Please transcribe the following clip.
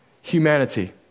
humanity